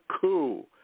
coup